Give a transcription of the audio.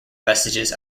vestiges